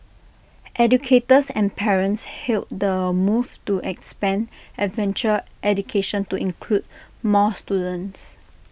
educators and parents hailed the move to expand adventure education to include more students